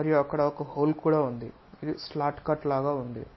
మరియు అక్కడ ఒక హోల్ కూడా ఉంది ఇది స్లాట్ కట్ లాగా ఉంటుంది